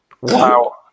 Wow